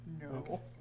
No